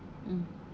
mm